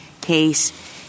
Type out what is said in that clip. case